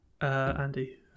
andy